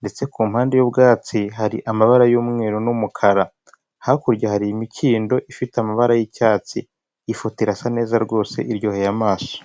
ndetse ku mpande y'ubwatsi hari amabara y'umweru n'umukara, hakurya hari imikindo ifite amabara y'icyatsi, ifoto irasa neza rwose iryoheye amaso.